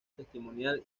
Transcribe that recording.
testimonial